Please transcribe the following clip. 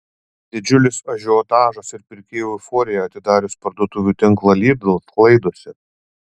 didžiulis ažiotažas ir pirkėjų euforija atidarius parduotuvių tinklą lidl sklaidosi